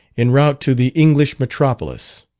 en route to the english metropolis.